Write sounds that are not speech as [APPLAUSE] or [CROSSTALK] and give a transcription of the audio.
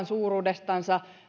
[UNINTELLIGIBLE] suuruudesta